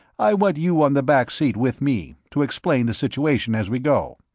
i want you on the back seat with me, to explain the situation as we go.